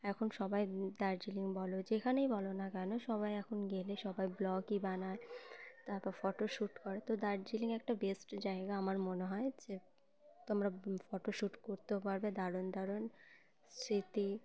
এখন সবাই দার্জিলিং বলো যেখানেই বলো না কেন সবাই এখন গেলে সবাই ব্লগই বানায় তারপর ফটো শ্যুট করে তো দার্জিলিং একটা বেস্ট জায়গা আমার মনে হয় যে তোমরা ফটো শ্যুট করতেও পারবে দারুণ দারুণ স্মৃতি